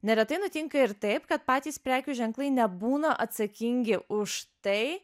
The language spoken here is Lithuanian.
neretai nutinka ir taip kad patys prekių ženklai nebūna atsakingi už tai